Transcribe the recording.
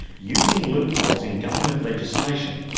using loopholes in government legislation,